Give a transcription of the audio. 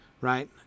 right